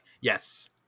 yes